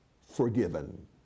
forgiven